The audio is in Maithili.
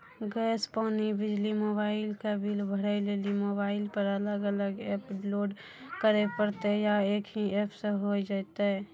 गैस, पानी, बिजली, मोबाइल के बिल भरे लेली मोबाइल पर अलग अलग एप्प लोड करे परतै या एक ही एप्प से होय जेतै?